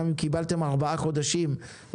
אם קיבלתם ארבעה חודשים,